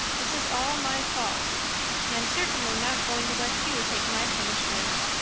this is all my fault and i'm certainly not going to let you take my punishment.